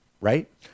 right